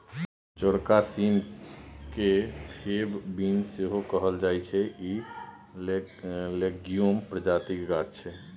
चौरका सीम केँ फेब बीन सेहो कहल जाइ छै इ लेग्युम प्रजातिक गाछ छै